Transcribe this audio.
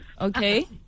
Okay